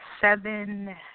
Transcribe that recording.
seven